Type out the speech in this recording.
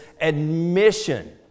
admission